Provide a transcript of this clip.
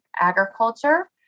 agriculture